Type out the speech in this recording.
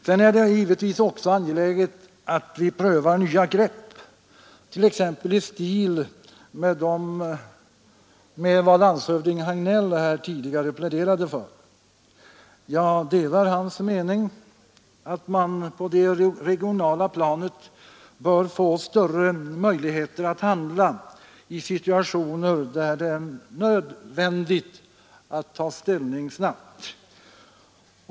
Sedan är det givetvis också angeläget att vi prövar nya grepp, t.ex. i stil med vad landshövding Hagnell här tidigare pläderade för. Jag delar hans mening att man på det regionala planet bör få större möjligheter att handla i situationer där det är nödvändigt att ta ställning snabbt.